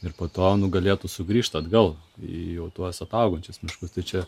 ir po to nu galėtų sugrįžt atgal į jau tuos ataugančius miškus tai čia